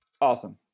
Awesome